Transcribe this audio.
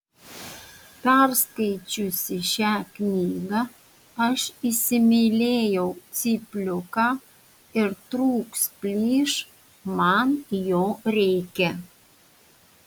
perskaičiusi šią knygą aš įsimylėjau cypliuką ir trūks plyš man jo reikia